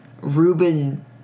Ruben